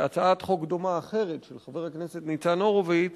והצעת חוק דומה אחרת, של חבר הכנסת ניצן הורוביץ,